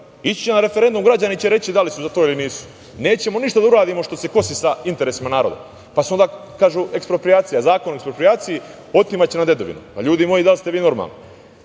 Ići će na referendum, građani će reći da li su za to ili nisu. Nećemo ništa da uradimo što se kosi sa interesima naroda. Onda kažu – eksproprijacija, Zakon o eksproprijaciji, otimaće nam dedovinu. Ljudi moji, da li ste vi normalni?